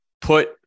put